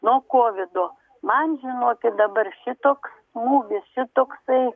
nuo kovido man žinokit dabar šitoks smūgis šitoksai